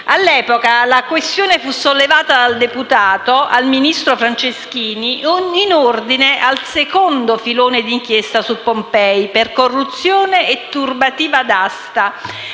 All'epoca la questione fu sollevata dal deputato al ministro Franceschini in ordine al secondo filone d'inchiesta su Pompei, per corruzione e turbativa d'asta,